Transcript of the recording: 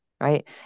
right